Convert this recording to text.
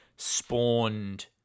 spawned